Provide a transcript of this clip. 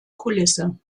kulisse